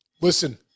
listen